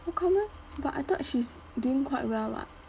how come ah but I thought she's doing quite well [what]